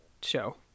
show